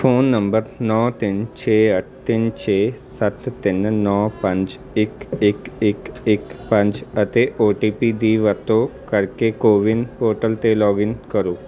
phone number ਨੌਂ ਤਿੰਨ ਛੇ ਅੱਠ ਤਿੰਨ ਛੇ ਸੱਤ ਤਿੰਨ ਨੌਂ ਪੰਜ ਇੱਕ ਇੱਕ ਇੱਕ ਇੱਕ ਪੰਜ ਅਤੇ ਓ ਟੀ ਪੀ ਦੀ ਵਰਤੋਂ ਕਰਕੇ ਕੋਵਿਨ ਪੋਰਟਲ 'ਤੇ ਲੌਗਇਨ ਕਰੋ